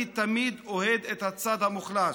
אני תמיד אוהד את הצד המוחלש.